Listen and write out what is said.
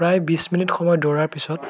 প্ৰায় বিছ মিনিট সময় দৌৰাৰ পিছত